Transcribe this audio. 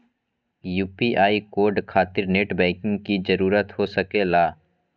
UPI code खातिर net banking की जरूरत हो सके ला?